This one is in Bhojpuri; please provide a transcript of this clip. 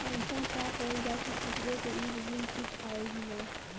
अइसन का करल जाकि फसलों के ईद गिर्द कीट आएं ही न?